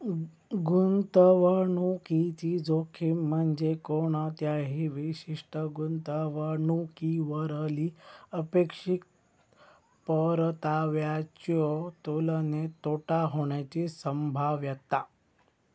गुंतवणुकीची जोखीम म्हणजे कोणत्याही विशिष्ट गुंतवणुकीवरली अपेक्षित परताव्याच्यो तुलनेत तोटा होण्याची संभाव्यता